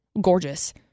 Gorgeous